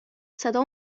صدا